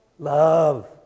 Love